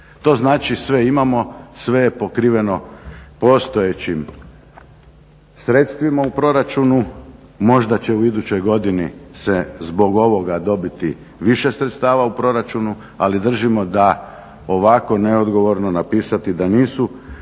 To znači sve imamo, sve je pokriveno postojećim sredstvima u proračunu, možda će u idućoj godini se zbog ovoga dobiti više sredstava u proračunu, ali držimo da ovako neodgovorno napisati da nisu